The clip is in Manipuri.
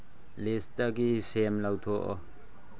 ꯂꯤꯁꯇꯒꯤ ꯁꯦꯝ ꯂꯧꯊꯣꯛꯑꯣ